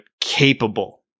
capable